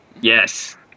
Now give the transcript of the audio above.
yes